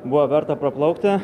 buvo verta praplaukti